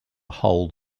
hold